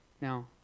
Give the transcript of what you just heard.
Now